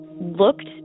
looked